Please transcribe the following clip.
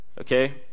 Okay